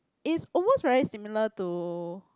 it's almost very similar to